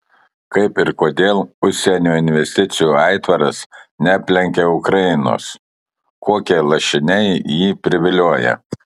kaip ir kodėl užsienio investicijų aitvaras neaplenkia ukrainos kokie lašiniai jį privilioja